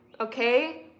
okay